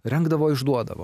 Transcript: rengdavo išduodavo